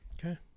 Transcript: okay